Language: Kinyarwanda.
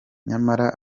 nyamara